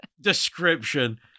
description